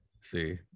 See